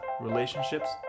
relationships